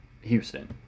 Houston